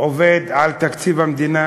עובד על תקציב המדינה,